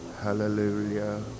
hallelujah